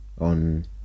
on